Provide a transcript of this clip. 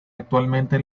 actualmente